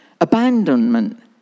Abandonment